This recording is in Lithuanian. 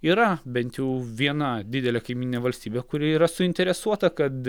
yra bent jau viena didelė kaimyninė valstybė kuri yra suinteresuota kad